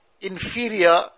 inferior